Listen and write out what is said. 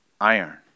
iron